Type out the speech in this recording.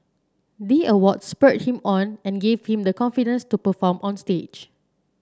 the award spurred him on and gave him the confidence to perform on stage